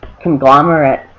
conglomerate